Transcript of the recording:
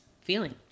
feeling